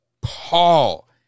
Paul